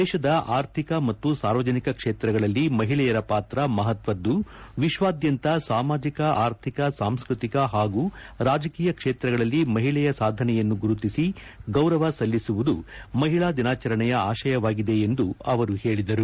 ದೇಶದ ಆರ್ಥಿಕ ಮತ್ತು ಸಾರ್ವಜನಿಕ ಕ್ಷೇತ್ರಗಳಲ್ಲಿ ಮಹಿಳೆಯರ ಪಾತ್ರ ಮಹತ್ವದ್ದು ವಿಶ್ವಾದ್ದಂತ ಸಾಮಾಜಿಕ ಆರ್ಥಿಕ ಸಾಂಸ್ಕತಿಕ ಹಾಗೂ ರಾಜಕೀಯ ಕ್ಷೇತ್ರಗಳಲ್ಲಿ ಮಹಿಳೆಯ ಸಾಧನೆಯನ್ನು ಗುರುತಿಸಿ ಗೌರವ ಸಲ್ಲಿಸುವುದು ಮಹಿಳಾ ದಿನಾಚರಣೆಯ ಆಶಯವಾಗಿದೆ ಎಂದು ಹೇಳಿದರು